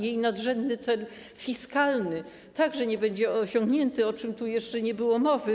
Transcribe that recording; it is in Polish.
Jej nadrzędny cel fiskalny także nie będzie osiągnięty, o czym tu jeszcze nie było mowy.